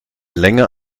länger